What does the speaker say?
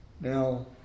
Now